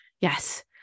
yes